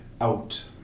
out